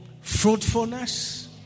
Fruitfulness